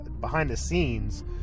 behind-the-scenes